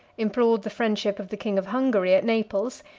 implored the friendship of the king of hungary at naples,